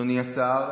אדוני השר,